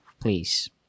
please